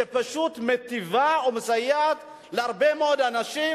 שפשוט מיטיבה או מסייעת להרבה מאוד אנשים